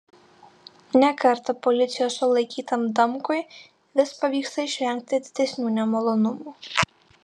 ne kartą policijos sulaikytam damkui vis pavyksta išvengti didesnių nemalonumų